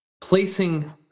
placing